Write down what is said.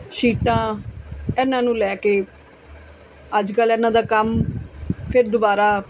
ਸ਼ੀਟਾਂ ਇਹਨਾਂ ਨੂੰ ਲੈ ਕੇ ਅੱਜ ਕੱਲ੍ਹ ਇਹਨਾਂ ਦਾ ਕੰਮ ਫਿਰ ਦੁਬਾਰਾ